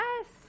Yes